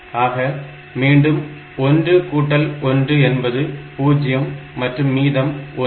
ஆக மீண்டும் 1 கூட்டல் 1 என்பது 0 மற்றும் மீதம் 1